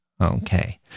Okay